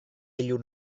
ilun